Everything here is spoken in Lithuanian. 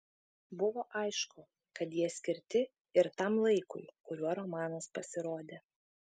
buvo aišku kad jie skirti ir tam laikui kuriuo romanas pasirodė